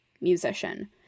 musician